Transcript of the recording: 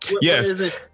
Yes